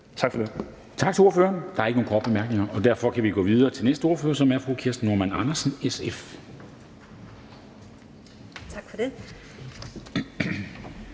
Tak for det.